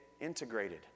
integrated